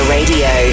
Radio